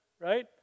right